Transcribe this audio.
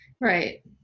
Right